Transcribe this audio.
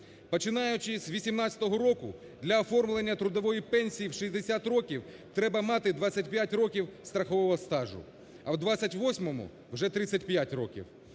Починаючи з 18-го року, для оформлення трудової пенсії в 60 років треба мати 25 років страхового стажу, а в 28-му – вже 35 років.